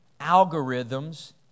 algorithms